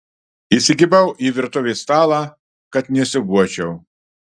įsikibau į virtuvės stalą kad nesiūbuočiau